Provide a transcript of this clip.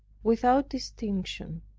without distinction,